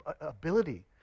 ability